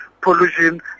pollution